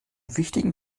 wichtigen